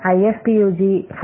IFPUG 4